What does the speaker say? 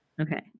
Okay